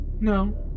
no